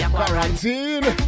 quarantine